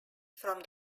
from